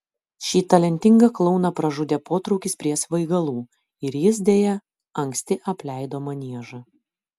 šį talentingą klouną pražudė potraukis prie svaigalų ir jis deja anksti apleido maniežą